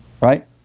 right